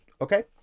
okay